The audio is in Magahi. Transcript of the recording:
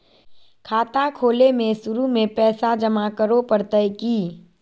खाता खोले में शुरू में पैसो जमा करे पड़तई की?